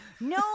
No